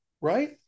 Right